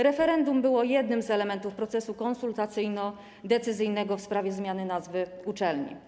Referendum było jednym z elementów procesu konsultacyjno-decyzyjnego w sprawie zmiany nazwy uczelni.